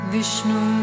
Vishnu